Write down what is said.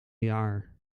jaar